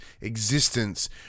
existence